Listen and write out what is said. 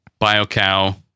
BioCow